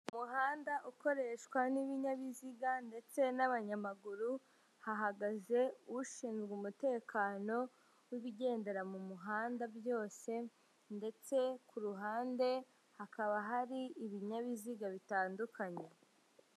Umuhanda ukoreshwa n'ibinyabiziga ndetse n'abanyamaguru, hahagaze ushinzwe umutekano w'ibigendera mu muhanda byose ndetse ku ruhande hakaba hari ibinyabiziga bitandukanye.